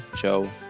Joe